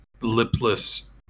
lipless